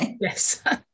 Yes